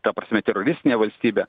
ta prasme teroristinė valstybė